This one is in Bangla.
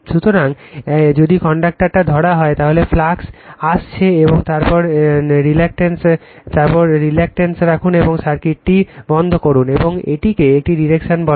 সুতরাং যদি কন্ডাক্টরটা ধরা হয় তাহলে ফ্লাক্স আসছে এবং তারপর রিলাকটেন্স রাখুন এবং সার্কিটটি বন্ধ করুন এবং এটিকেই এর ডিরেকশন বলা হয়